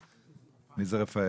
מי זה רפאל?